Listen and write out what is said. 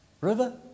river